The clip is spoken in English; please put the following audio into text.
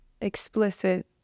explicit